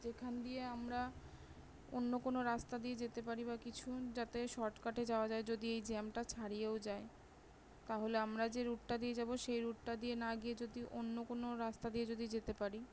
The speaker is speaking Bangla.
যেখান দিয়ে আমরা অন্য কোনো রাস্তা দিয়ে যেতে পারি বা কিছু যাতে শর্টকাটে যাওয়া যায় যদি এই জ্যামটা ছাড়িয়েও যায় তাহলে আমরা যে রুটটা দিয়ে যাবো সেই রুটটা দিয়ে না গিয়ে যদি অন্য কোনো রাস্তা দিয়ে যদি যেতে পারি